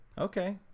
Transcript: okay